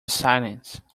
silence